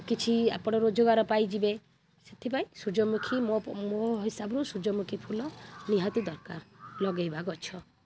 କିଛି ଆପଣ ରୋଜଗାର ପାଇଯିବେ ସେଥିପାଇଁ ସୂର୍ଯ୍ୟମୁଖୀ ମୋ ମୋ ହିସାବରୁ ସୂର୍ଯ୍ୟମୁଖୀ ଫୁଲ ନିହାତି ଦରକାର ଲଗାଇବା ଗଛ